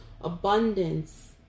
abundance